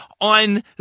on